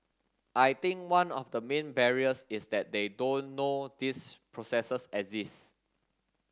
I think one of the main barriers is that they don't know these processes exist